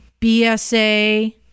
BSA